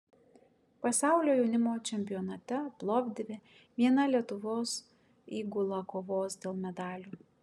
pasaulio jaunimo čempionate plovdive viena lietuvos įgula kovos dėl medalių